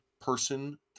person